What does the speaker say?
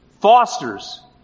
Fosters